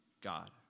God